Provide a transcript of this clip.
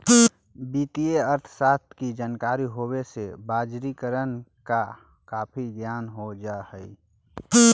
वित्तीय अर्थशास्त्र की जानकारी होवे से बजारिकरण का काफी ज्ञान हो जा हई